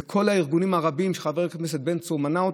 וכל הארגונים הרבים שחבר הכנסת בן צור מנה,